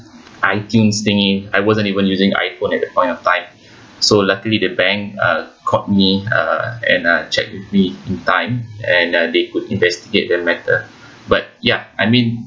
iTunes thingy I wasn't even using iPhone at that point of time so luckily the bank uh called me uh and uh check with me in time and uh they could investigate that matter but yeah I mean